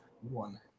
One